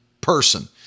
person